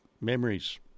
Memories